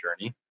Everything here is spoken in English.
journey